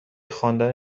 خواندن